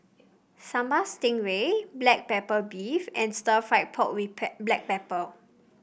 Sambal Stingray Black Pepper Beef and stir fry pork with Black Pepper